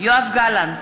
יואב גלנט,